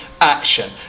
action